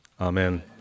Amen